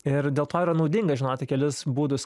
ir dėl to yra naudinga žinoti kelis būdus